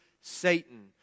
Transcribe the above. Satan